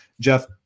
Jeff